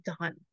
done